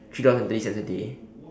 three dollars and thirty cents a day